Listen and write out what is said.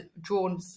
drawn